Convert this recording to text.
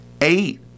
eight